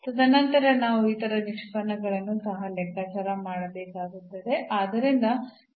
ತದನಂತರ ನಾವು ಇತರ ನಿಷ್ಪನ್ನಗಳನ್ನು ಸಹ ಲೆಕ್ಕಾಚಾರ ಮಾಡಬೇಕಾಗುತ್ತದೆ